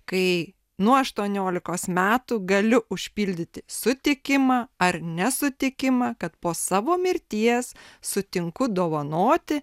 kai nuo aštuoniolikos metų gali užpildyti sutikimą ar nesutikimą kad po savo mirties sutinku dovanoti